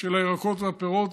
של הירקות והפירות,